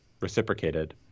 reciprocated